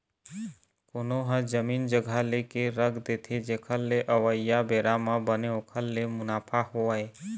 कोनो ह जमीन जघा लेके रख देथे जेखर ले अवइया बेरा म बने ओखर ले मुनाफा होवय